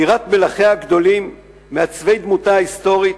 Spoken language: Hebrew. בירת מלכיה הגדולים, מעצבי דמותה ההיסטורית,